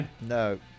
No